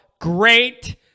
great